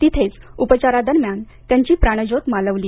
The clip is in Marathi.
तिथेच उपचारा दरम्यान त्यांची प्राणज्योत मालवली